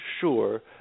sure